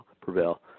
prevail